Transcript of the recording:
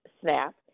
snap